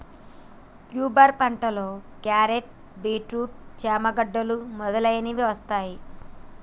tuber పంటలో క్యారెట్లు, beetroot, చామ గడ్డలు మొదలగునవి వస్తాయ్